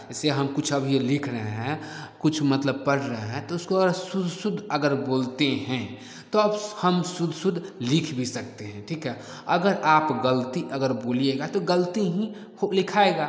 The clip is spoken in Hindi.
ऐसे हम कुछ अभी लिख रहे हैं कुछ मतलब पढ़ रहे हैं तो उसको अगर शुद्ध शुद्ध अगर बोलते हैं तो अब हम शुद्ध शुद्ध लिख भी सकते हैं ठीक है अगर आप ग़लत अगर बोलिएगा तो ग़लत ही लिखाएगा